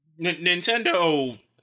Nintendo